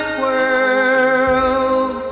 world